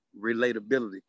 relatability